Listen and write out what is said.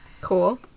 Cool